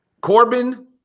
Corbin